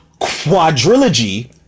quadrilogy